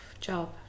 job